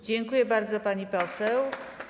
Dziękuję bardzo, pani poseł.